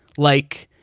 like,